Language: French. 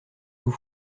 vous